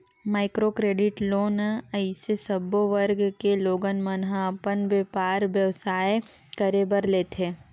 micro credit loan अइसे सब्बो वर्ग के लोगन मन ह अपन बेपार बेवसाय करे बर लेथे